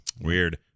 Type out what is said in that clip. Weird